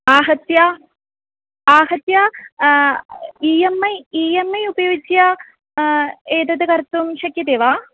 आहत्य आहत्य E M I E M I उपयुज्य एतत् कर्तुं शक्यते वा